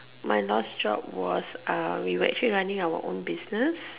my last job was uh we were actually running our own business